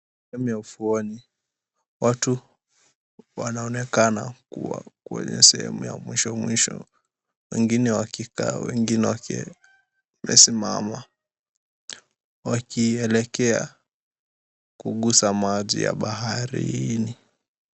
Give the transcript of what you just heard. Sehemu ya ufuoni, watu wanaonekana kuwa kwenye sehemu ya mwisho mwisho, wengine wakikaa, wengine wamesimama, wakielekea kugusa maji ya baharini.